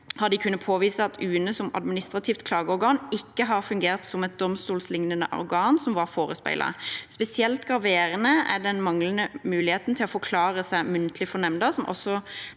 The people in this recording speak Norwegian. har de kunnet påvise at UNE som administrativt klageorgan ikke har fungert som et domstolslignende organ, som forespeilet. Spesielt graverende er den manglende muligheten til å få forklare seg muntlig for nemda,